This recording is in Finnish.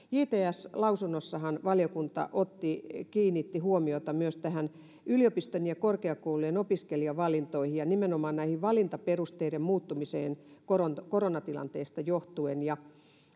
jts lausunnossahan valiokunta kiinnitti huomiota myös näihin yliopistojen ja korkeakoulujen opiskelijavalintoihin ja nimenomaan valintaperusteiden muuttumiseen koronatilanteesta johtuen